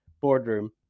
boardroom